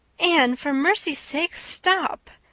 anne, for mercy's sake, stop,